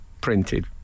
printed